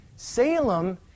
Salem